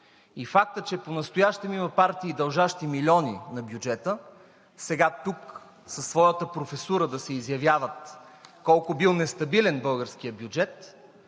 И фактът, че понастоящем има партии, дължащи милиони на бюджета, сега тук със своята професура да се изявяват колко бил нестабилен българският бюджет,